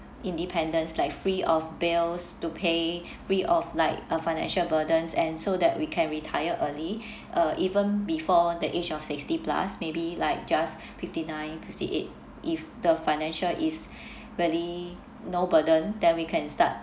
independence like free of bills to pay free of like uh financial burdens and so that we can retire early uh even before the age of sixty plus maybe like just fifty nine fifty eight if the financial is really no burden then we can start